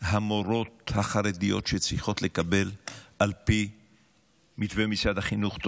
המורות החרדיות שצריכות לקבל תוספת על פי מתווה משרד החינוך.